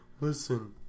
Listen